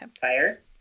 fire